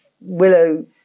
Willow